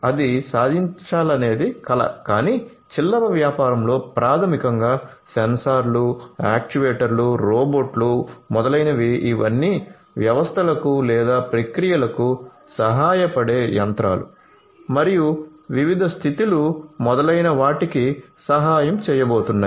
అది సాధించాలనేది కల కానీ చిల్లర వ్యాపారo లో ప్రాథమికంగా సెన్సార్లు యాక్యుయేటర్లు రోబోట్లు మొదలైనవి ఇవన్నీ వ్యవస్థలకు లేదా ప్రక్రియలకు సహాయపడే యంత్రాలు మరియు వివిధ స్థితి లు మొదలైన వాటికి సహాయం చేయబోతున్నాయి